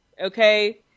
okay